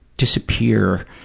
disappear